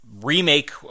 remake